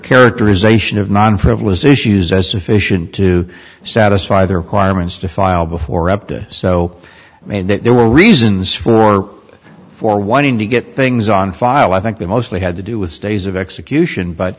characterization of non frivolous issues as sufficient to satisfy the requirements to file before up to so i mean that there were reasons for for wanting to get things on file i think that mostly had to do with stays of